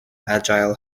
agile